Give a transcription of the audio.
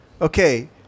Okay